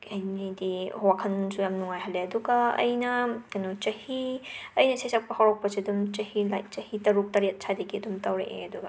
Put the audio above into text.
ꯀꯩ ꯍꯥꯏꯅꯤꯒꯦ ꯋꯥꯈꯟꯁꯨ ꯌꯥꯝꯅ ꯅꯨꯡꯉꯥꯏꯍꯜꯂꯦ ꯑꯗꯨꯒ ꯑꯩꯅ ꯀꯩꯅꯣ ꯆꯥꯍꯤ ꯑꯩꯅ ꯏꯁꯩ ꯁꯛꯄ ꯍꯧꯔꯛꯄꯁꯤ ꯑꯗꯨꯝ ꯆꯍꯤ ꯂꯥꯏꯛ ꯆꯥꯍꯤ ꯇꯥꯔꯨꯛ ꯇꯥꯔꯦꯠ ꯁꯥꯏꯗꯒꯤ ꯑꯗꯨꯝ ꯇꯧꯔꯛꯑꯦ ꯑꯗꯨꯒ